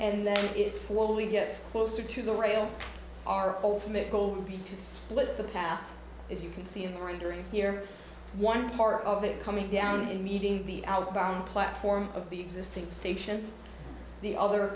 and then it slowly gets closer to the rail our ultimate goal would be to split the path as you can see in the rendering here one part of it coming down and meeting the outbound platform of the existing station the other